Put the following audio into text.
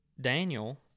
Daniel